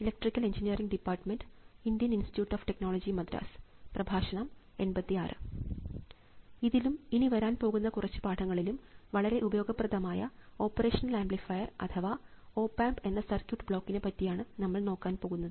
ഇതിലും ഇനി വരാൻ പോകുന്ന കുറച്ചു പാഠങ്ങളിലും വളരെ ഉപയോഗപ്രദമായ ഓപ്പറേഷണൽ ആംപ്ലിഫയർ അഥവാ ഓപ് ആമ്പ് എന്ന സർക്യൂട്ട് ബ്ലോക്കി നെ പറ്റിയാണ് നമ്മൾ നോക്കാൻ പോകുന്നത്